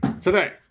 today